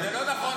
זה לא נכון.